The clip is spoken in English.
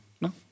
No